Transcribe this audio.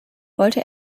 wollte